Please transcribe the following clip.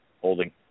Holding